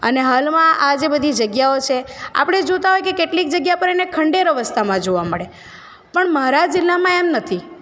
અને હાલમાં આ જે બધી જગ્યાઓ છે આપણે જોતાં હોય કે કેટલીક જગ્યા પર એને ખંડેરો અવસ્થામાં જોવા મળે પણ મારા જિલ્લામાં એમ નથી